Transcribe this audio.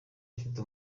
afite